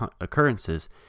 occurrences